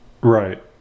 Right